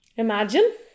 Imagine